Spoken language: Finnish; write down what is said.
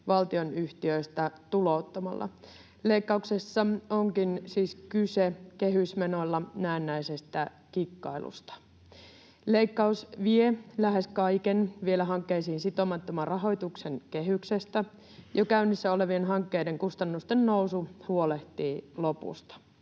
valtionyhtiöistä tulouttamalla. Leikkauksessa onkin siis kyse näennäisestä kehysmenoilla kikkailusta. Leikkaus vie lähes kaiken vielä hankkeisiin sitomattoman rahoituksen kehyksestä, jo käynnissä olevien hankkeiden kustannusten nousu huolehtii lopusta.